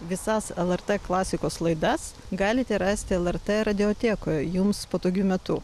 visas lrt klasikos laidas galite rasti lrt radiotekoje jums patogiu metu